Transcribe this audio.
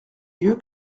lieu